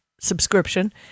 subscription